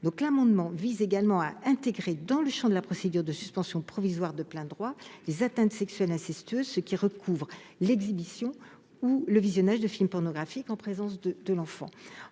L'amendement vise également à intégrer, dans le champ de la procédure de suspension provisoire de plein droit, les atteintes sexuelles incestueuses, ce qui recouvre l'exhibition ou le visionnage de film pornographique en présence de l'enfant.